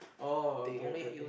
oh okay okay okay